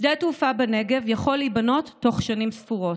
שדה התעופה בנגב יכול להיבנות בתוך שנים ספורות.